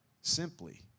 simply